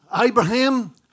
Abraham